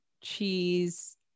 cheese